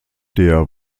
der